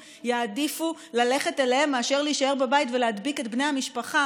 יעדיפו ללכת אליהם מאשר להישאר בבית ולהדביק את בני המשפחה,